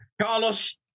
Carlos